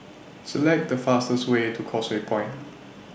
Select The fastest Way to Causeway Point